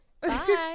Bye